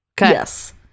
Yes